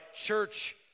church